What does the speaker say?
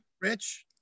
rich